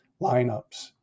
lineups